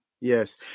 yes